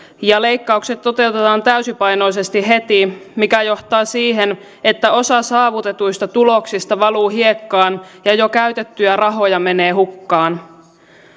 ja leikkaukset toteutetaan täysipainoisesti heti mikä johtaa siihen että osa saavutetuista tuloksista valuu hiekkaan ja jo käytettyjä rahoja menee hukkaan